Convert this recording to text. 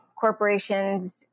corporations